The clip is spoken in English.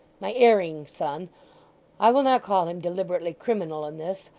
my erring son i will not call him deliberately criminal in this,